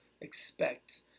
expect